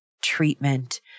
treatment